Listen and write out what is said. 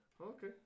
okay